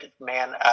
Man